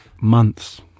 months